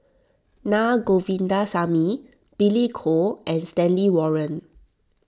Na Govindasamy Billy Koh and Stanley Warren